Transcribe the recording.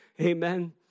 Amen